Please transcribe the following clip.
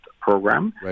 program